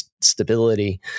stability